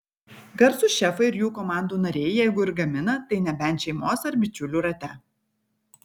garsūs šefai ir jų komandų nariai jeigu ir gamina tai nebent šeimos ar bičiulių rate